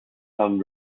some